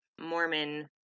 Mormon